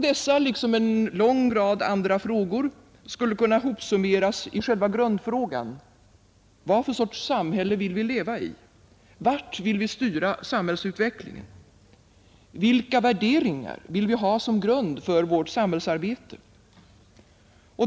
Dessa, liksom en lång rad andra frågor, skulle kunna hopsummeras i själva grundfrågan: Vad för sorts samhälle vill vi leva i, vart vill vi styra samhällsutvecklingen, vilka värderingar vill vi ha som grund för vårt samhällsarbete?